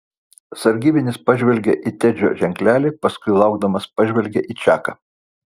sargybinis pažvelgė į tedžio ženklelį paskui laukdamas pažvelgė į čaką